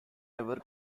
ever